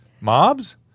Mobs